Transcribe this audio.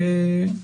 כן, כמעט.